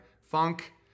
funk